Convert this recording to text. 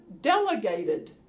delegated